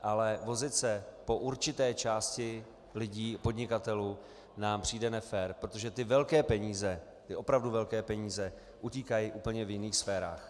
Ale vozit se po určité části lidí, podnikatelů, nám přijde nefér, protože ty velké peníze, ty opravdu velké peníze, utíkají úplně v jiných sférách.